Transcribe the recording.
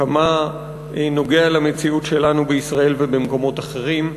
כמה נוגע למציאות שלנו, בישראל ובמקומות אחרים.